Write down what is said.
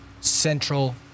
central